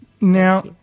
Now